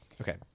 Okay